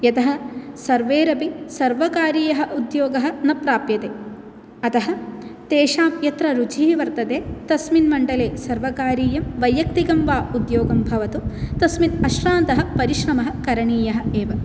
यतः सर्वैरपि सर्वकारीयः उद्योगः न प्राप्यते अतः तेषां यत्र रुचिः वर्तते तस्मिन् मण्डले सर्वकारीयं वैयक्तिकं वा उद्योगं भवतु तस्मिन् अश्रान्तः परिश्रमः करणीयः एव